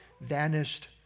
vanished